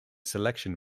selection